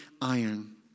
iron